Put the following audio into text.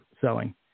selling